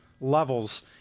levels